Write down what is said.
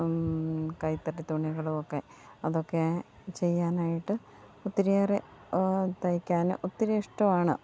കൈത്തറി തുണികളുമൊക്കെ അതൊക്കെ ചെയ്യാനായിട്ട് ഒത്തിരിയേറേ തയ്ക്കാൻ ഒത്തിരി ഇഷ്ടമാണ്